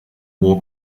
war